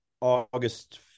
August